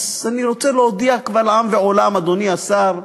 אז אני רוצה להודיע קבל עם ועולם, אדוני השר,